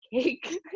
cake